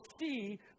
see